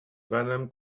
venom